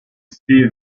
steve